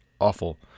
awful